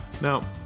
Now